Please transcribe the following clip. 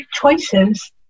choices